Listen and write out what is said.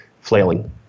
flailing